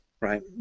right